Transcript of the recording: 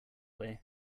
way